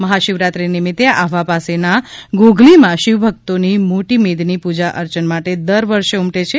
મહાશિવરાત્રિ નિમિત્તે આહવા પાસેના ઘોઘલીમાં શિવભક્તોની મોટી મેદની પૂજા અર્ચના માટે દર વર્ષે ઉમટે છે